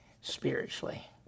spiritually